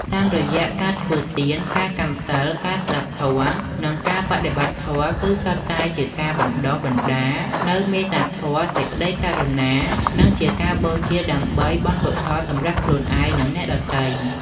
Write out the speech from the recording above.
តាមរយៈការធ្វើទាន ការកាន់សីល ការស្តាប់ធម៌ និងការបដិបត្តិធម៌ គឺសុទ្ធតែជាការបណ្តុះបណ្តាលនូវមេត្តាធម៌ សេចក្តីករុណា និងជាការបូជាដើម្បីបុណ្យកុសលសម្រាប់ខ្លួនឯង និងអ្នកដទៃ។